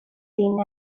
tin